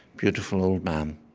beautiful old man.